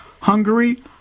Hungary